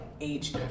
age